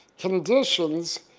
conditions,